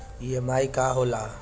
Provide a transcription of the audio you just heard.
EMI का होला?